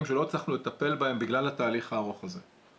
שלא הצלחנו לטפל בהם בגלל התהליך הארוך הזה.